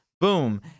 Boom